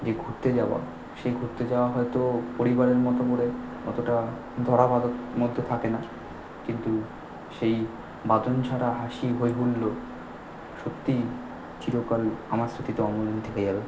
যে ঘুরতে যাওয়া সেই ঘুরতে যাওয়া হয়তো পরিবারের মতন করে অতটা ধরা বাঁধার মধ্যে থাকে না কিন্তু সেই বাঁধনছাড়া হাসি হইহুল্লোড় সত্যিই চিরকাল আমার স্মৃতিতে অমলিন থেকে যাবে